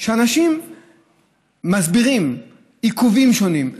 שאנשים מסבירים עיכובים שונים,